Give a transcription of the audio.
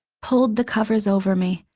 pulled the covers over me,